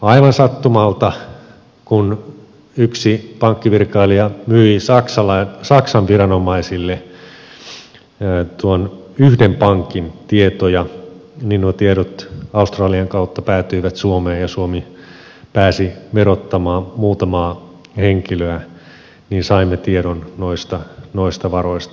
aivan sattumalta kun yksi pankkivirkailija myi saksan viranomaisille tuon yhden pankin tietoja nuo tiedot australian kautta päätyivät suomeen ja suomi pääsi verottamaan muutamaa henkilöä saimme tiedon noista varoista